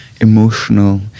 emotional